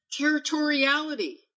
territoriality